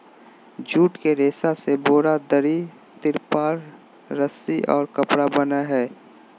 jute के रेशा से बोरा, दरी, तिरपाल, रस्सि और कपड़ा बनय हइ